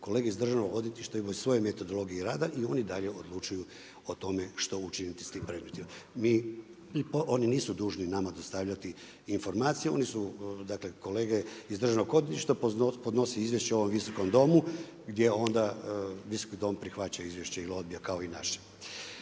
Kolege iz Državnog odvjetništva imaju svoje metodologije rada i oni dalje odlučuju o tome što učiniti s tim predmetima. Mi, oni nisu dužni nama dostavljati informaciju, oni su dakle, kolege iz Državnog odvjetništva, podnosi izvješće Visokom domu, gdje onda Visoki dom prihvaća izvješće ili odbija kao i naše.